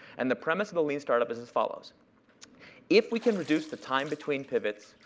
and the premise of the lean startup is as follows if we can reduce the time between pivots,